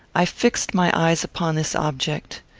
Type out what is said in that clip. i fixed my eyes upon this object.